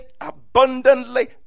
abundantly